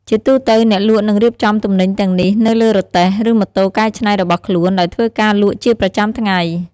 ជាទូទៅ អ្នកលក់នឹងរៀបចំទំនិញទាំងនេះនៅលើរទេះ ឬម៉ូតូកែច្នៃរបស់ខ្លួន ដោយធ្វើការលក់ជាប្រចាំថ្ងៃ។